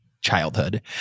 childhood